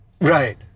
Right